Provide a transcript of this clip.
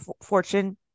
fortune